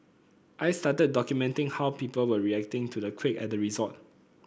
I started documenting how people were reacting to the quake at the resort